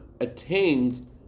attained